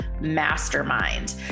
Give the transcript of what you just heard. mastermind